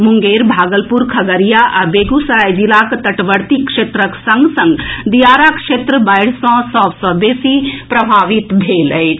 मुंगेर भागलपुर खगड़िया आ बेगूसराय जिलाक तटवर्ती क्षेत्रक संग संग दियारा क्षेत्र बाढ़ि सॅ सभ सॅ बेसी प्रभावित भेल अछि